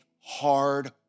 hard